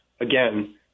again